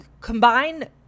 combine